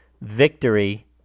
victory